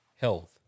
health